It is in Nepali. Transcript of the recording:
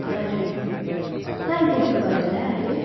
हजुर कहाँ आइपुग्नु भयो होला अहिले